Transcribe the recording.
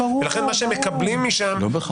ולכן מה שהם מקבלים משם --- לא בהכרח.